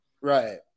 Right